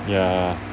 ya